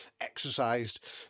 exercised